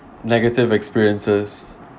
negative experiences